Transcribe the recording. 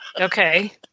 Okay